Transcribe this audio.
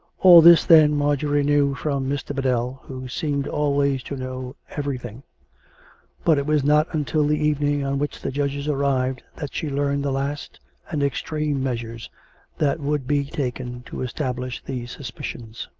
all this, then, marjorie knew from mr. biddell, who seemed always to know everything but it was not until the evening on which the judges arrived that she learned the last and extreme measures that would be taken to es tablish these suspicions.